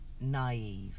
naive